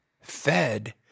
fed